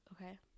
okay